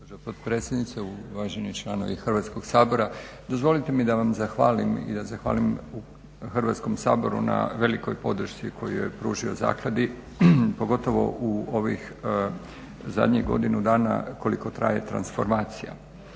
potpredsjednice, uvaženi članovi Hrvatskog sabora. Dozvolite mi da vam zahvalim i da zahvalim Hrvatskom saboru na velikoj podršci koju je pružio zakladi, pogotovo u ovih zadnjih godinu dana koliko traje transformacija.